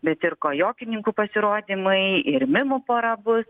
bet ir kojokininkų pasirodymai ir mimų pora bus